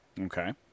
Okay